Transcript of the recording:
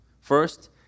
First